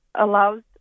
allows